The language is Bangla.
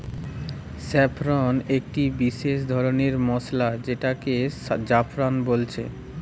স্যাফরন একটি বিসেস রকমের মসলা যেটাকে জাফরান বলছে